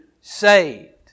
saved